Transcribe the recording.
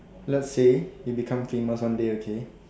let's say you become famous one day okay